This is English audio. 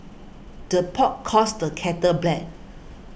the pot calls the kettle black